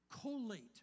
collate